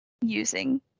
using